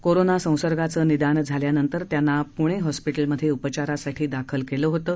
corona संसर्गाचं निदान झाल्यानंतर त्यांना पूना हॉस्पिटलमध्ये उपचारासाठी दाखल केलं होतं